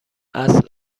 اصل